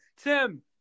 Tim